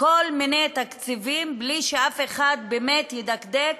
כל מיני תקציבים, בלי שאף אחד באמת ידקדק,